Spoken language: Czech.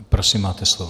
Prosím, máte slovo.